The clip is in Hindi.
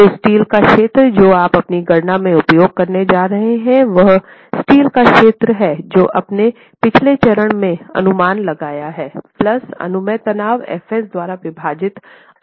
तो स्टील का क्षेत्र जो आप अपनी गणना में उपयोग करने जा रहे हैं वह स्टील का क्षेत्र है जो आपने पिछले चरण में अनुमान लगाया है प्लस अनुमेय तनाव F s द्वारा विभाजित अक्षीय बल हैं